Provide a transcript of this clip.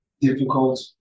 difficult